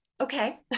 okay